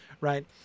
right